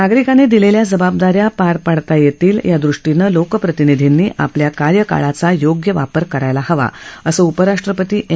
नागरिकांनी दिलेल्या जबाबदाऱ्या पार पाडता येतील यादृष्टीनं लोकप्रतिनिधींनी आपल्या कार्यकाळाचा योग्य वापर करायला हवा असं उपराष्ट्रपती एम